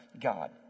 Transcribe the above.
God